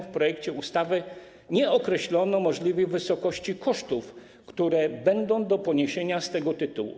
W projekcie ustawy nie określono możliwych wysokości kosztów, które będą do poniesienia z tego tytułu.